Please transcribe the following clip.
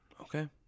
Okay